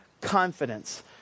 confidence